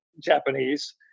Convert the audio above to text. Japanese